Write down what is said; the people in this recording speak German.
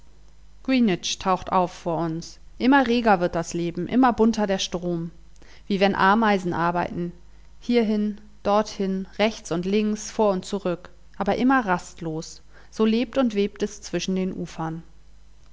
greenwich taucht auf vor uns immer reger wird das leben immer bunter der strom wie wenn ameisen arbeiten hier hin dort hin rechts und links vor und zurück aber immer rastlos so lebt und webt es zwischen den ufern